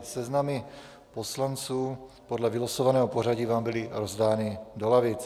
Seznamy poslanců podle vylosovaného pořadí vám byly rozdány do lavic.